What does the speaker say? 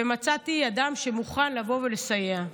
ומצאתי אדם שמוכן לבוא ולסייע.